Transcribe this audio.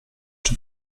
czy